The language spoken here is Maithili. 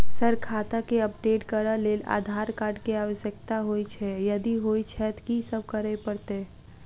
सर खाता केँ अपडेट करऽ लेल आधार कार्ड केँ आवश्यकता होइ छैय यदि होइ छैथ की सब करैपरतैय?